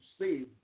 save